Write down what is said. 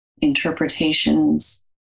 interpretations